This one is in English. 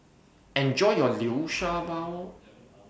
Enjoy your Liu Sha Bao